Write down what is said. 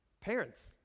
Parents